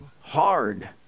Hard